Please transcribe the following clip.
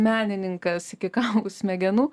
menininkas iki kaulų smegenų